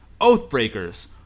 Oathbreakers